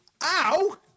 ow